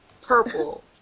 purple